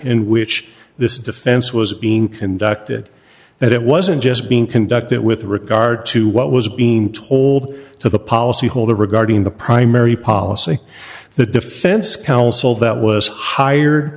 in which this defense was being conducted that it wasn't just being conducted with regard to what was being told to the policyholder regarding the primary policy the defense counsel that was hired